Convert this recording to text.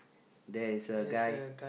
there is a guy